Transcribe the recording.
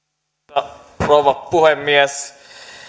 arvoisa rouva puhemies